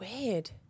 Weird